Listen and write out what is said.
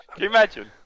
imagine